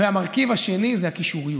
המרכיב השני זה הקישוריות.